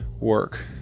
work